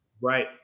Right